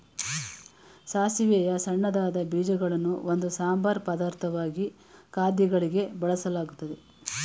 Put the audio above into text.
ಸಾಸಿವೆಯ ಸಣ್ಣದಾದ ಬೀಜಗಳನ್ನು ಒಂದು ಸಂಬಾರ ಪದಾರ್ಥವಾಗಿ ಖಾದ್ಯಗಳಿಗೆ ಬಳಸಲಾಗ್ತದೆ